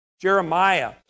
Jeremiah